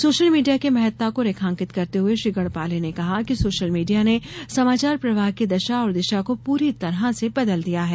social media की महत्ता को रेखांकित करते हुए श्री गढ़पाले ने कहा कि सोशल मीडिया ने समाचार प्रवाह की दशा दिशा को पूरी तरह से बदल दिया है